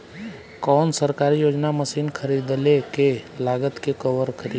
कौन सरकारी योजना मशीन खरीदले के लागत के कवर करीं?